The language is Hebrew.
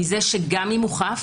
מזה שגם אם הוא חף